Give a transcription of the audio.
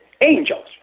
Angels